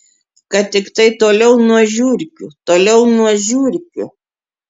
kad tiktai toliau nuo žiurkių toliau nuo žiurkių